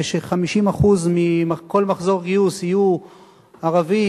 כש-50% מכל מחזור גיוס יהיו ערבים,